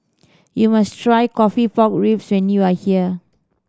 you must try coffee pork ribs when you are here